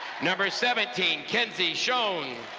number seventeen, kenzie schon.